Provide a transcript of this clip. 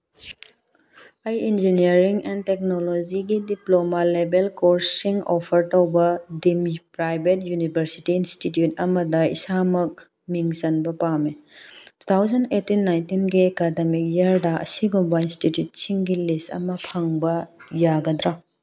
ꯑꯩ engineering and ꯇꯦꯛꯅꯣꯂꯣꯖꯤꯒꯤ diploma ꯂꯦꯕꯦꯜ ꯀꯣꯔꯁꯁꯤꯡ ꯑꯣꯐꯔ ꯇꯧꯕ ꯗꯤꯝ ꯄ꯭ꯔꯥꯏꯚꯦꯠ ꯌꯨꯅꯤꯚꯔꯁꯤꯇꯤ ꯏꯟꯁꯇꯤꯇ꯭ꯋꯨꯠ ꯑꯃꯗ ꯏꯁꯥꯃꯛ ꯃꯤꯡ ꯆꯟꯕ ꯄꯥꯝꯃꯤ ꯇꯨ ꯊꯥꯎꯖꯟ ꯑꯦꯇꯤꯟ ꯅꯥꯏꯟꯇꯤꯟꯒꯤ ꯑꯦꯀꯥꯗꯃꯤꯛ ꯏꯌꯥꯔꯗ ꯑꯁꯤꯒꯨꯝꯕ ꯏꯟꯁꯇꯤꯇ꯭ꯋꯨꯠꯁꯤꯡꯒꯤ ꯂꯤꯁ ꯑꯃ ꯐꯪꯕ ꯌꯥꯒꯗ꯭ꯔꯥ